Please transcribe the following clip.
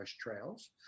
trails